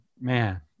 man